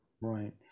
right